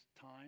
time